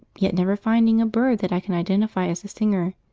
yet never finding a bird that i can identify as the singer.